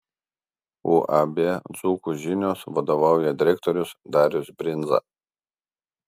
uab dzūkų žinios vadovauja direktorius darius brindza